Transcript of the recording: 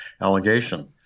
allegation